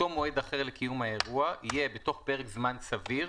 אותו מועד אחר לקיום האירוע יהיה "בתוך פרק זמן סביר,